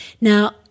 Now